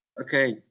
Okay